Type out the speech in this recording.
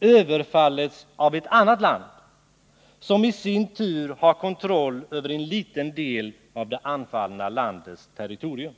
överfallits av ett annat land, som i sin tur har kontroll över en liten del av det anfallna landets territorium.